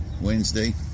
Wednesday